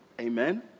amen